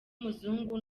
umuzungu